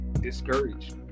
discouraged